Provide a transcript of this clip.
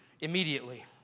immediately